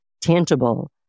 tangible